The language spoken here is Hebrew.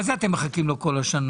מה זה "אתם מחכים לו כל השנה"?